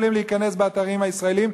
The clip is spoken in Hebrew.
יכולים להיכנס באתרים הישראליים,